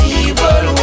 evil